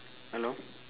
hello